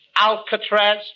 Alcatraz